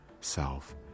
self